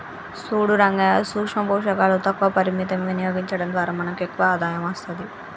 సూడు రంగయ్యా సూక్ష పోషకాలు తక్కువ పరిమితం వినియోగించడం ద్వారా మనకు ఎక్కువ ఆదాయం అస్తది